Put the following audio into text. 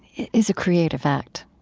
is a creative act,